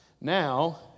Now